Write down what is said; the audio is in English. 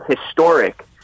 historic